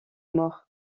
morts